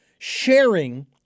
sharing